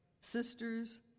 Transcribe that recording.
Sisters